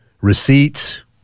receipts